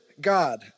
God